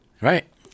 Right